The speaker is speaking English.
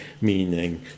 meaning